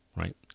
right